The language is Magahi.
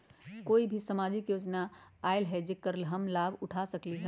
अभी कोई सामाजिक योजना आयल है जेकर लाभ हम उठा सकली ह?